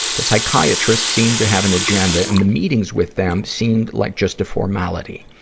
the psychiatrists seemed to have an agenda, and the meetings with them seemed like just a formality.